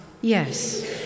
yes